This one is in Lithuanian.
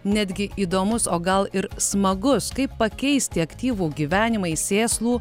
netgi įdomus o gal ir smagus kaip pakeisti aktyvų gyvenimą į sėslų